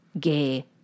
gay